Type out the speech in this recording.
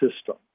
system